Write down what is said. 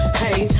hey